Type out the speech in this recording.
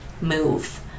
move